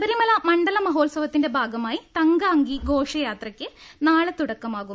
ശബരിമല മണ്ഡല മഹോത്സവത്തിന്റെ ഭാഗമായി തങ്കഅങ്കി ഘോഷയാത്രയ്ക്ക് നാളെ തുടക്കമാകും